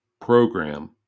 program